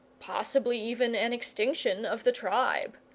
possibly even an extinction of the tribe.